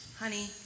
Honey